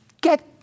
Get